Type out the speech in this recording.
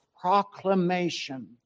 proclamation